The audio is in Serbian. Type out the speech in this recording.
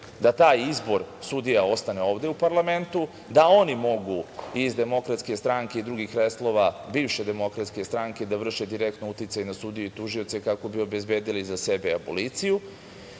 da taj izbor sudija ostane ovde u parlamentu, da oni mogu iz Demokratske stranke i drugih slojeva bivše Demokratske da vrše direktno uticaj na sudije i tužioce kako bi obezbedili za sebe aboliciju. Očigledno